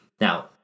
Now